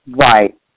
Right